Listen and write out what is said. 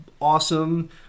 awesome